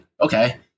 Okay